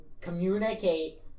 communicate